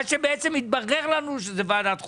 עד שבעצם התברר לנו שזה ועדת חוקה.